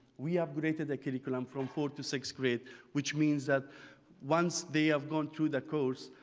we upgraded the curriculum from four to six grade which means that once they have gone through the course,